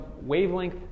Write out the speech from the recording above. wavelength